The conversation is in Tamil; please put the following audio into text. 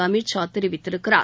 அமித் ஷா தெரிவித்திருக்கிறார்